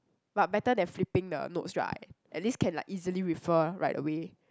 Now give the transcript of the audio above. but better than flipping the notes right at least can like easily refer right away